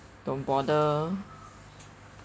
don't bother